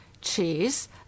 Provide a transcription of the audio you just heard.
cheese